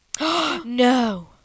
No